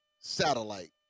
Satellite